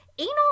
Anal